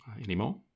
anymore